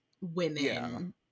women